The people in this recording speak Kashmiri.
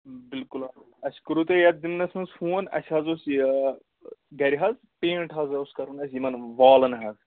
بِلکُل اَسہِ کوٚروٕ تۅہہِ یتھ ضِمنس منٛز فون اَسہِ حظ اوس یہ گرِ حظ پینٛٹ حظ اوس کَرُن اسہِ یمن والن حظ